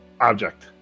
object